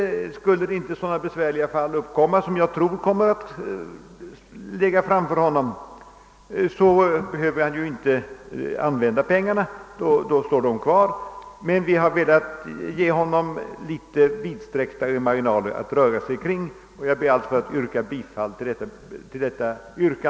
Uppstår det inte några sådana besvärliga fall — jag tror dock att de uppkommer — behöver departementschefen ju inte använda pengarna, utan anslaget står kvar. Men vi har alltså velat ge departementschefen något vidsträcktare marginaler att röra sig inom. Jag ber, herr talman, att få yrka bifall till reservationen 4b.